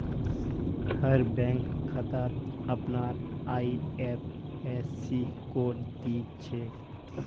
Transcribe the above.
हर bank खातात अपनार IFSC code दि छे